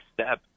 step